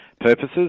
purposes